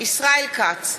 ישראל כץ,